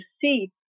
see